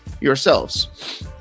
yourselves